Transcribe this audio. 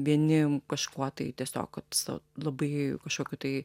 vieni kažkuo tai tiesiog kad su labai kažkokiu tai